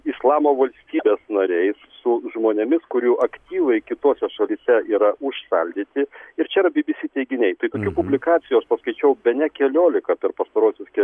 islamo valstybės nariais su žmonėmis kurių aktyvai kitose šalyse yra užšaldyti ir čia yra bbc teiginiai tai tokių publikacijų aš paskaičiau bene keliolika per pastaruosius